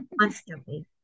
Constantly